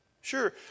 Sure